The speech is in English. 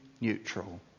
neutral